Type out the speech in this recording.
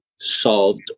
solved